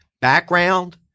background